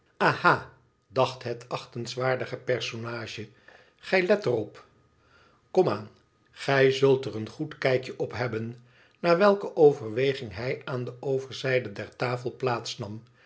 aha dacht het achtingswaardige personage gij let er op kom aan gij zult er een goed kijkje op hebben na welke overweging hij aan de overzijde der tafel